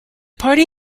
party